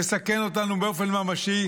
ומסכן אותנו באופן ממשי,